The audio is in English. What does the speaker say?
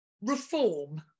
reform